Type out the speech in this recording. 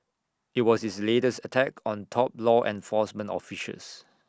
IT was his latest attack on top law enforcement officials